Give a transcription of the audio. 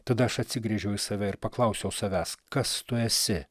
tada aš atsigręžiau į save ir paklausiau savęs kas tu esi